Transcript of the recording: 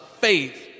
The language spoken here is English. faith